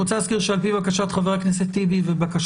אז אני רוצה להזכיר שעל פי בקשת חבר הכנסת טיבי ובקשתך